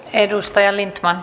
arvoisa puhemies